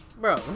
bro